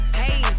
hey